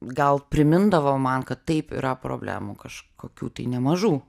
gal primindavo man kad taip yra problemų kažkokių tai nemažų